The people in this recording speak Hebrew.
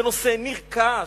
זה נושא נרכש.